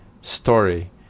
story